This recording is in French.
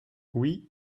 oui